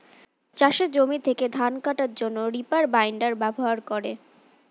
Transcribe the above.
চাষের জমি থেকে ধান কাটার জন্যে রিপার বাইন্ডার ব্যবহার করে